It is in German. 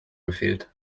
gefehlt